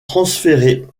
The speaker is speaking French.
transféré